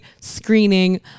screening